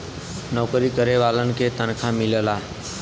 नऊकरी करे वालन के तनखा मिलला